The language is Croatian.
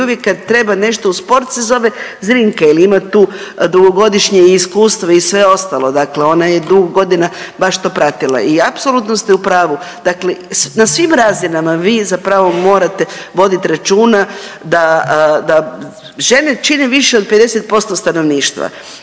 i uvijek kad treba nešto u sport se zove Zrinka jel ima tu dugogodišnje iskustvo i sve ostalo, dakle ona je dugo godina baš to pratila. I apsolutno ste u pravu, dakle na svim razinama vi zapravo morate vodit računa da žene čine više od 50% stanovništva,